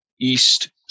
East